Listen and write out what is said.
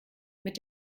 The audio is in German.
mit